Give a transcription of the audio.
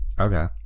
Okay